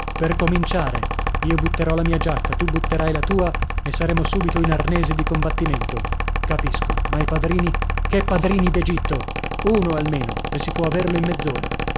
per cominciare io butterò la mia giacca tu butterai la tua e saremo subito in arnese di combattimento capisco ma i padrini che padrini d'egitto uno almeno e si può averlo in